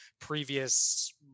previous